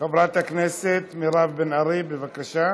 חברת הכנסת מירב בן ארי, בבקשה,